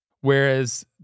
Whereas